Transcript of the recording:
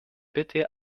bitte